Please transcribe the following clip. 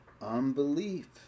unbelief